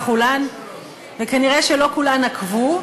וכנראה שלא כולן עקבו,